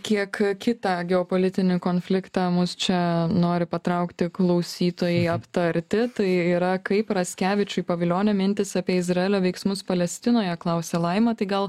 kiek kitą geopolitinį konfliktą mus čia nori patraukti klausytojai aptarti tai yra kaip raskevičiui pavilionio mintys apie izraelio veiksmus palestinoje klausia laima tai gal